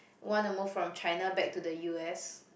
wanna move from China back to the U_S